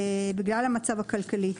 בגלל המצב הכלכלי.